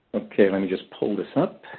okay, let me just pull this up.